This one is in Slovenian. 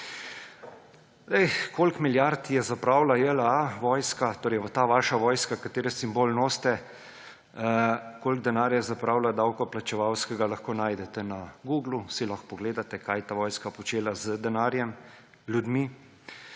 Koliko milijard je zapravila JLA vojska, torej ta vaša vojska, katere simbol nosite, koliko davkoplačevalskega denarja je zapravila, lahko najdete na Googlu. Si lahko pogledate, kaj je ta vojska počela z denarjem, ljudmi